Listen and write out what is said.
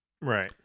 Right